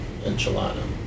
enchilada